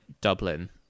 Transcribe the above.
Dublin